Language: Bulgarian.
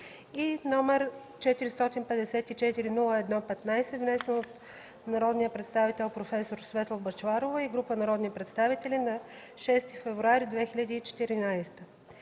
и № 454-01-15, внесен от народния представител проф. Светла Бъчварова и група народни представители на 6 февруари 2014